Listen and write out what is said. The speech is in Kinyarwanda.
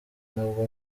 nabwo